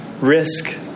risk